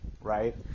right